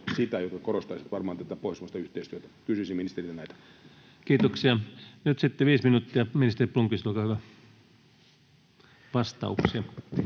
sitä, joka korostaisi varmaan tätä pohjoismaista yhteistyötä. Kysyisin ministeriltä näitä. Kiitoksia. — Nyt sitten viisi minuuttia vastauksia, ministeri Blomqvist, olkaa hyvä. Kiitos,